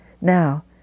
now